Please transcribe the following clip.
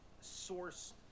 source